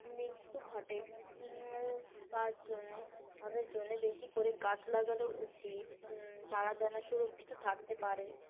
মৃত্যু ঘটে তার জন্যে তাদের জন্যে বেশি করে গাছ লাগানো উচিত তারা যেন সুরক্ষিত থাকতে পারে